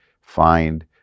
find